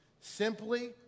Simply